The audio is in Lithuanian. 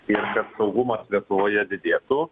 ir kad saugumas lietuvoje didėtų